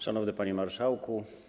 Szanowny Panie Marszałku!